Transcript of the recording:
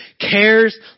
cares